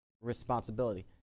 responsibility